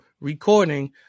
recording